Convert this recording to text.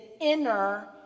inner